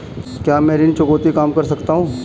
क्या मैं ऋण चुकौती कम कर सकता हूँ?